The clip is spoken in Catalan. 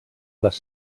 les